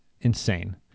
insane